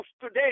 today